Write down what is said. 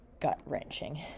gut-wrenching